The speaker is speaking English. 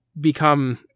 become